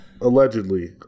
allegedly